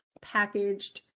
packaged